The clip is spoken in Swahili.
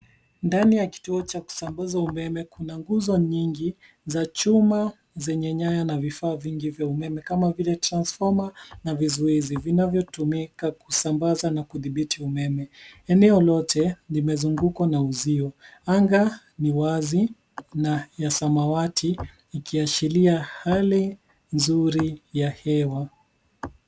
Ndani ya kituo cha kusambaza umeme, kuna nguzo nyingi za chuma zenye nyaya na vifaa vingi vya umeme kama vile transfoma na vizuizi vinavyotumika kusambaza na kudhibiti umeme. Eneo lote limezungukwa na uzio. Anga ni wazi na ya samawati ikiashiria hali nzuri ya hewa.